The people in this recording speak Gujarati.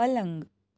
પલંગ